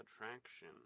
attraction